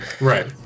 Right